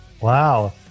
Wow